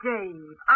Dave